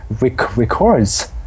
records